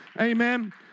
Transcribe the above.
Amen